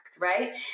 right